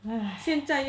!haiya!